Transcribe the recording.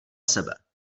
sebe